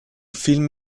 film